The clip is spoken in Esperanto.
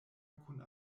kun